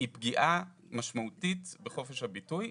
פגיעה משמעותית בחופש הביטוי.